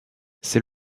c’est